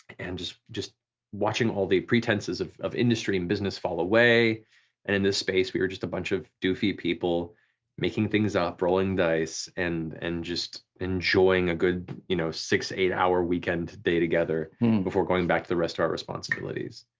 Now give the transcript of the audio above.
and just just watching all the pretenses of of industry and business fall away, and in this space we were just a bunch of doofy people making things up, rolling dice, and and just enjoying a good you know six to eight hour weekend day together before going back to the rest of our responsibilities.